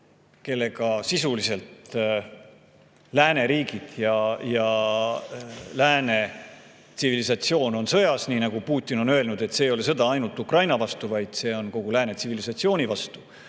kellega sisuliselt lääneriigid ja lääne tsivilisatsioon on sõjas – nagu Putin on öelnud, see ei ole sõda ainult Ukraina vastu, vaid see on kogu lääne tsivilisatsiooni vastu,